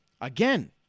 again